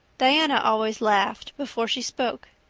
diana always laughed before she spoke.